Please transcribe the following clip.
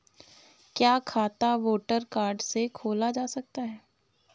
क्या खाता voter card से खोला जा सकता है?